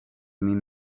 mean